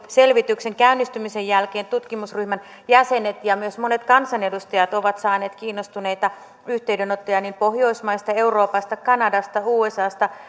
selvityksen käynnistymisen jälkeen tutkimusryhmän jäsenet ja myös monet kansanedustajat ovat saaneet kiinnostuneita yhteydenottoja niin pohjoismaista euroopasta kanadasta usasta